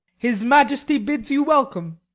his majesty bids you welcome.